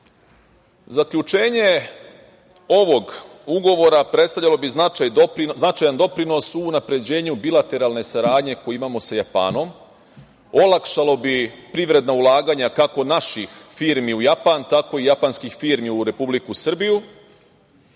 izbegavanja. Zaključenje ovog ugovora predstavljalo bi značajan doprinos u unapređenju bilateralne saradnje koju imamo sa Japanom, olakšalo bi privredna ulaganja kako naših firmi u Japan, tako i japanskih firmi u Republiku Srbiju